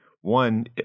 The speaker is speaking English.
one